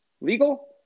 legal